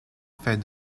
fait